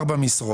תודה רבה.